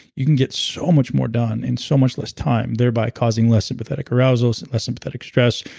you can get so much more done in so much less time, thereby causing less sympathetic arousal less and less sympathetic stress,